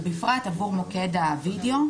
ובפרט עבור מוקד הווידיאו,